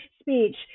speech